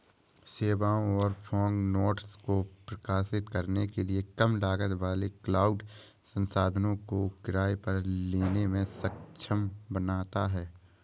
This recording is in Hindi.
सेवाओं और फॉग नोड्स को प्रकाशित करने के लिए कम लागत वाले क्लाउड संसाधनों को किराए पर लेने में सक्षम बनाता है